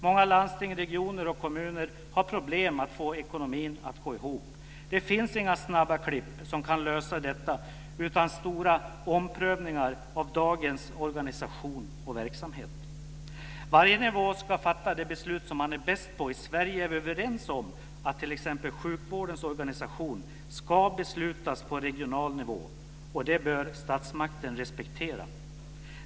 Många landsting, regioner och kommuner har problem med att få ekonomin att gå ihop. Det finns inga snabba klipp som kan lösa detta utan stora omprövningar av dagens organisation och verksamhet. Varje nivå ska fatta de beslut som man är bäst på. I Sverige är vi överens om att t.ex. sjukvårdens organisation ska beslutas på regional nivå, och det bör statsmakten respektera.